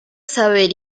saber